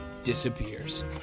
disappears